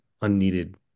unneeded